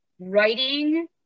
writing